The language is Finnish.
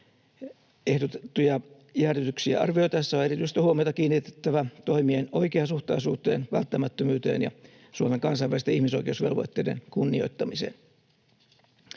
Ehdotettuja jäädytyksiä arvioitaessa on erityistä huomiota kiinnitettävä toimien oikeasuhtaisuuteen ja välttämättömyyteen sekä Suomen kansainvälisten ihmisoikeusvelvoitteiden kunnioittamiseen.